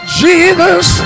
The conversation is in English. jesus